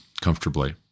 comfortably